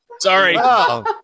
Sorry